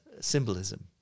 symbolism